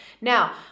now